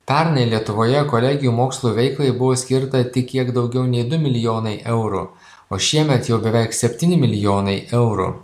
pernai lietuvoje kolegijų mokslo veiklai buvo skirta tik kiek daugiau nei du milijonai eurų o šiemet jau beveik septyni milijonai eurų